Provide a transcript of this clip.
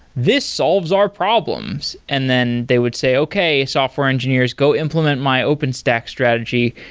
this solves our problems. and then they would say, okay, software engineers go implement my openstack strategy.